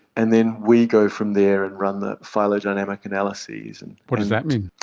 and then we go from there and run the phylogenetic analyses. and what does that mean?